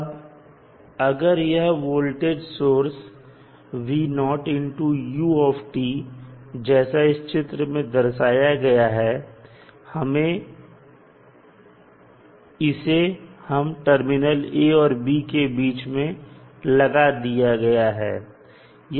अब अगर यह वोल्टेज सोर्स जैसा कि इस चित्र में दर्शाया गया है इसे हम टर्मिनल a और b के बीच में लगा दिया गया है